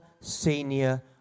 senior